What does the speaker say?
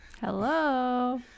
Hello